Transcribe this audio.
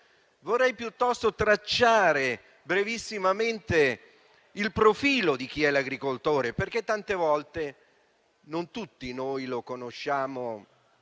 vorrei piuttosto tracciare brevissimamente il profilo dell'agricoltore, perché non tutti noi lo conosciamo